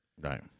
Right